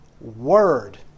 word